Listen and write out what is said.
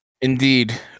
Indeed